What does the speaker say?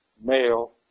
male